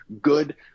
good